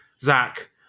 Zach